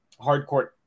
hardcourt